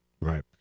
Right